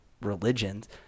religions